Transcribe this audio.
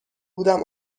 بودم